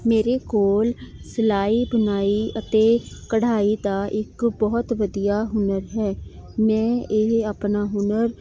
ਮੇਰੇ ਕੋਲ ਸਿਲਾਈ ਬੁਣਾਈ ਅਤੇ ਕਢਾਈ ਦਾ ਇੱਕ ਬਹੁਤ ਵਧੀਆ ਹੁਨਰ ਹੈ ਮੈਂ ਇਹ ਆਪਣਾ ਹੁਨਰ